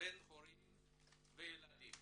הורים וילדים,